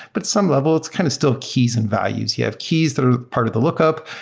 but some level it's kind of still keys and values. you have keys that are part of the lookup.